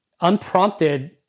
unprompted